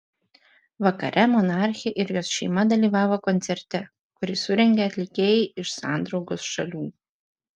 vakare monarchė ir jos šeima dalyvavo koncerte kurį surengė atlikėjai iš sandraugos šalių